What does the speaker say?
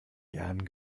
gern